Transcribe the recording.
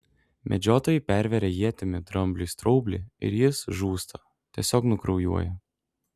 medžiotojai perveria ietimi drambliui straublį ir jis žūsta tiesiog nukraujuoja